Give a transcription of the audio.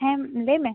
ᱦᱮᱸ ᱞᱟᱹᱭ ᱢᱮ